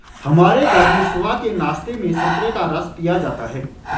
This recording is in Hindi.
हमारे घर में सुबह के नाश्ते में संतरे का रस पिया जाता है